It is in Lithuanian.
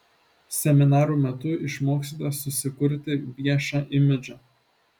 seminarų metu išmoksite susikurti viešą imidžą